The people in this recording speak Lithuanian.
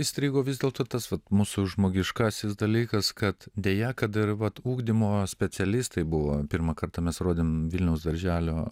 įstrigo vis dėlto tas mūsų žmogiškasis dalykas kad deja kad ir vat ugdymo specialistai buvo pirmą kartą mes rodėm vilniaus darželio